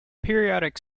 periodic